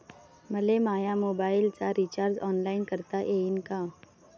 मले माया मोबाईलचा रिचार्ज ऑनलाईन करता येईन का?